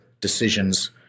decisions